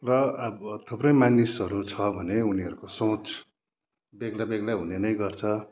र अब थुप्रै मानिसहरू छ भने उनीहरू को सोच बेग्ला बेग्लै हुने नै गर्छ